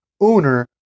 owner